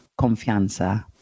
Confianza